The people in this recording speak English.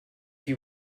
you